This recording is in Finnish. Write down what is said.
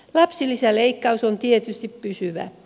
lapsilisäleikkaus on tietysti pysyvä